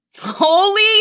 Holy